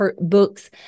Books